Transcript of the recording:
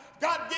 God